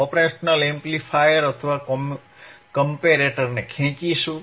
operation amplifier અથવા કમ્પેરેટરને ખેંચીશું